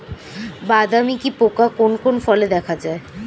বাদামি কি পোকা কোন কোন ফলে দেখা যায়?